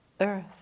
earth